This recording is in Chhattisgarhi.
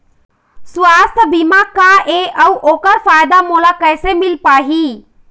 सुवास्थ बीमा का ए अउ ओकर फायदा मोला कैसे मिल पाही?